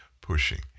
pushing